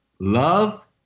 love